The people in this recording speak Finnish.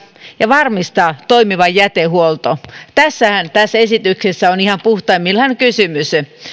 ja varmistaa toimiva jätehuolto tästähän tässä esityksessä on ihan puhtaimmillaan kysymys